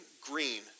green